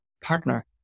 partner